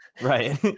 right